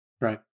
Right